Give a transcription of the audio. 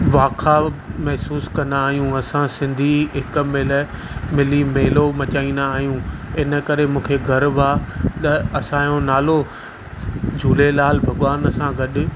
वाख़ाव महसूसु कंदा आहियूं असां सिंधी हिकु महिल मिली मेलो मचाईंदा आहियूं इन करे मूंखे गर्व आहे त असांजो नालो झूलेलाल भॻवान सां गॾु